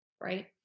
right